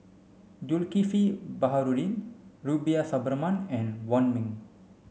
Zulkifli Baharudin Rubiah Suparman and Wong Ming